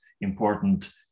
important